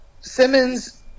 Simmons